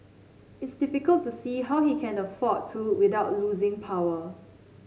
it's difficult to see how he can afford to without losing power